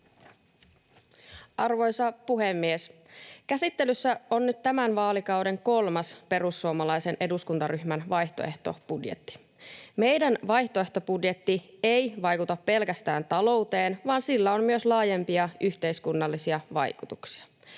Arvoisa puhemies! Käsittelyssä on nyt tämän vaalikauden kolmas perussuomalaisen eduskuntaryhmän vaihtoehtobudjetti. Meidän vaihtoehtobudjettimme ei vaikuta pelkästään talouteen, vaan sillä on myös laajempia yhteiskunnallisia vaikutuksia.